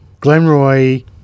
glenroy